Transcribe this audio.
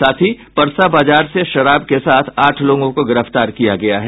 साथ ही परसा बाजार से शराब के साथ आठ लोगों को गिरफ्तार किया गया है